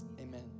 amen